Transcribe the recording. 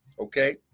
Okay